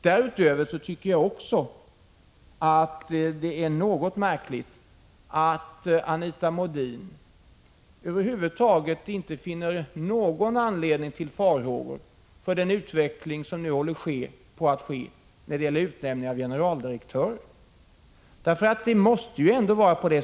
Därutöver tycker jag också att det är något märkligt att Anita Modin över huvud taget inte finner någon anledning till farhågor med anledning av den utveckling som nu håller på att ske när det gäller utnämning av generaldirektörer.